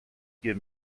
give